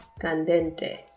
Candente